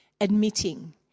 admitting